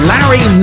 Larry